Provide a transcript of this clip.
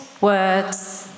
words